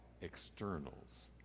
externals